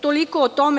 Toliko o tome.